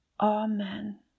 Amen